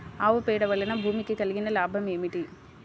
ఆవు పేడ వలన భూమికి కలిగిన లాభం ఏమిటి?